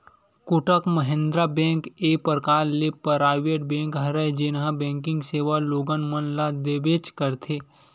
Kotak Mahindra bank एक परकार ले पराइवेट बेंक हरय जेनहा बेंकिग सेवा लोगन मन ल देबेंच करथे